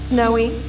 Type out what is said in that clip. Snowy